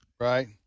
Right